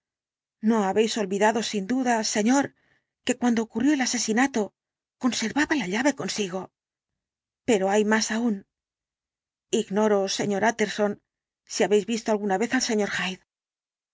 no habéis olvidado sin duda señor que cuando ocurrió el asesinato conservaba la llave consigo pero hay más aun ignoro sr utterson si habéis visto alguna vez al sr